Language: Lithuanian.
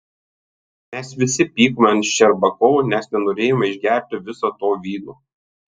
mes visi pykome ant ščerbakovo nes nenorėjome išgerti viso to vyno